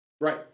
Right